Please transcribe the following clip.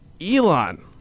Elon